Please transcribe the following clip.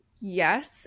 yes